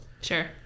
Sure